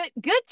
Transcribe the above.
Good